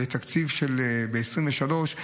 תקציב ב-2023,